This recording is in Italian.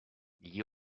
gli